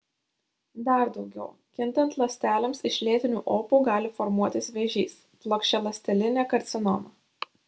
dar daugiau kintant ląstelėms iš lėtinių opų gali formuotis vėžys plokščialąstelinė karcinoma